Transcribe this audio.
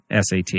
SAT